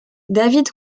david